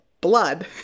blood